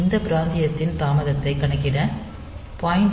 இந்த பிராந்தியத்தின் தாமதத்தை கணக்கிட 0